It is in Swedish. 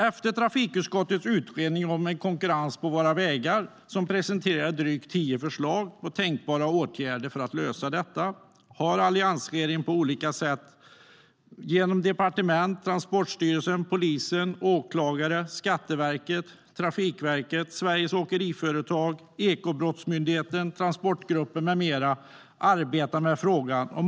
Efter trafikutskottets utredning om konkurrens på våra vägar, där drygt tio förslag på tänkbara åtgärder för att lösa detta presenterades, har Alliansregeringen genom olika departement, Transportstyrelsen, polisen, åklagare, Skatteverket, Trafikverket, Sveriges Åkeriföretag, Ekobrottsmyndigheten, Transportgruppen med flera arbetat med frågan.